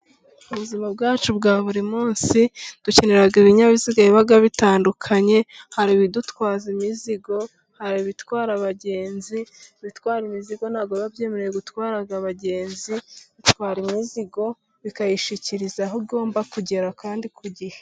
Ubuzima bwacu bwa buri munsi，dukenera ibinyabiziga biba bitandukanye. Hari ibidutwaza imizigo， hari ibitwara abagenzi，ibitwara imizigo ntabwo byo biba byemerewe gutwara abagenzi，bitwara imizigo， bikayishyikiriza aho igomba kugera kandi ku gihe.